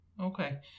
Okay